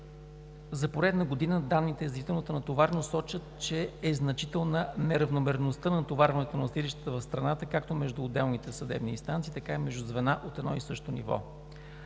За поредна година данните за действителната натовареност сочат, че е значителна неравномерността в натоварването на съдилищата в страната както между отделните съдебни инстанции, така и между звена от едно и също ниво.